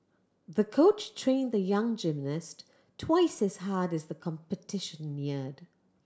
the coach trained the young gymnast twice as hard as the competition neared